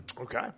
Okay